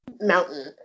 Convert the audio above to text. mountain